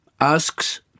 asks